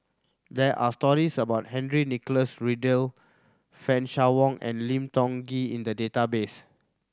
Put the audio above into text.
there are stories about Henry Nicholas Ridley Fan Shao Hua and Lim Tiong Ghee in the database